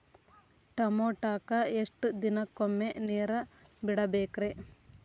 ಟಮೋಟಾಕ ಎಷ್ಟು ದಿನಕ್ಕೊಮ್ಮೆ ನೇರ ಬಿಡಬೇಕ್ರೇ?